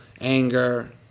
anger